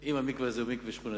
אם המקווה זה מקווה שכונתי,